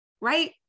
Right